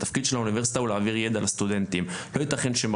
התפקיד של האוניברסיטה הוא להעביר ידע לסטודנטים.